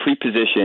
pre-position